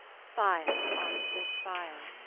fire answers fire,